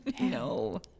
No